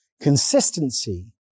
consistency